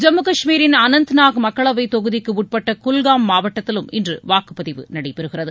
ஜம்மு கஷ்மீரின் அனந்தநாக் மக்களவைத் தொகுதிக்கு உட்பட்ட குல்காம் மாவட்டத்திலும் இன்று வாக்குப்பதிவு நடைபெறுகிறது